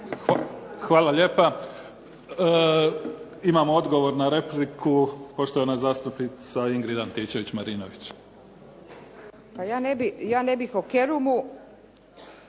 Hvala lijepa. Imamo odgovor na repliku, poštovana zastupnica Ingrid Antičević-Marinović. **Antičević